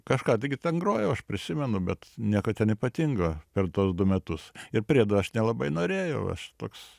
kažką taigi ten grojau aš prisimenu bet nieko ten ypatingo per tuos du metus ir priedo aš nelabai norėjau aš toks